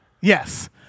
Yes